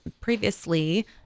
Previously